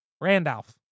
Randolph